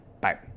Bye